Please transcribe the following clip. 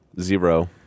Zero